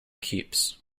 keeps